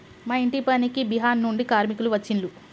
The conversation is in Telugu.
మా ఇంటి పనికి బీహార్ నుండి కార్మికులు వచ్చిన్లు